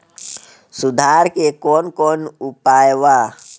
सुधार के कौन कौन उपाय वा?